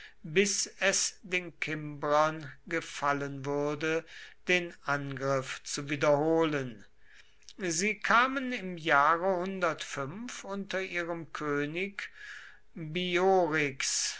bis es den kimbrern gefallen würde den angriff zu wiederholen sie kamen im jahre unter ihrem könig boiorix